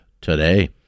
today